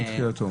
מתחילתו.